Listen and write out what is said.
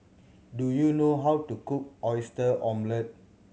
do you know how to cook Oyster Omelette